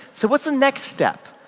so what's the next step?